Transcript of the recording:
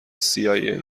cia